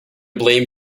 blame